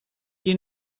qui